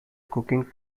cooking